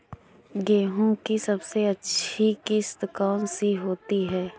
गेहूँ की सबसे अच्छी किश्त कौन सी होती है?